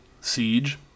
Siege